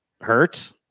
hurt